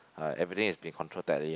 ah everything is been controlled tightly lah